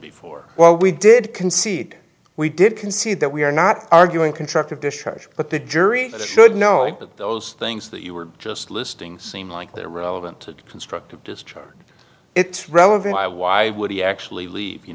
before well we did concede we did concede that we are not arguing constructive discharge but the jury should know that those things that you were just listing seem like they're relevant to constructive discharge it relevant i why would he actually leave you